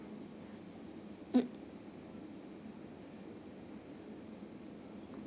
mm